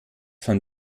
von